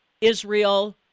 Israel